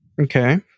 Okay